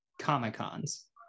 Comic-Cons